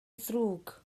ddrwg